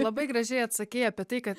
labai gražiai atsakei apie tai kad